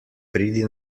pridi